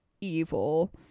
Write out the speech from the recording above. evil